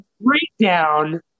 breakdown